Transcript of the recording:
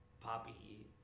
poppy